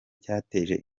cyateje